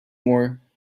more